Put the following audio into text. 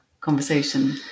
conversation